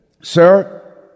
Sir